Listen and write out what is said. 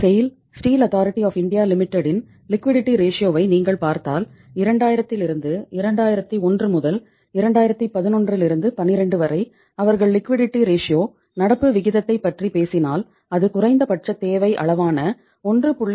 செய்ல் நீங்கள் பார்த்தால் 2000 2001 முதல் 2011 12 வரை அவர்கள் நீமைத்தன்மை விகிதம் நடப்பு விகிதத்தைப் பற்றி பேசினால் அது குறைந்தபட்ச தேவை அளவான 1